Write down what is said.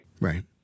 Right